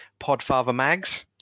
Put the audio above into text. PodfatherMags